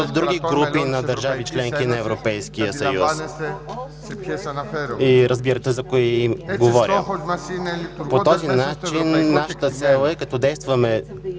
в други групи от държави – членки на Европейския съюз. Вие разбирате за кои говоря. По този начин нашата цел, действайки